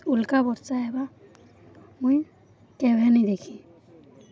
ଉଲ୍କା ବର୍ଷା ହେବା ମୁଇଁ କେବେ ନେଇଁ ଦେଖି